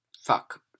Fuck